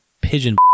pigeon